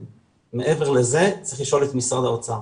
ומעבר לזה, צריך לשאול את משרד האוצר.